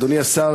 אדוני השר,